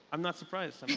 i'm not surprised.